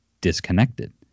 disconnected